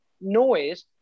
noise